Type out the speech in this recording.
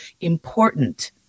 important